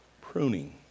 Pruning